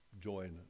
join